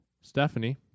Stephanie